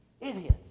Idiot